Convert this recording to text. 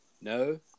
No